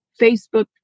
Facebook